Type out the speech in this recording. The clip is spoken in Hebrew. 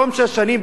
בתום שש שנים,